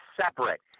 separate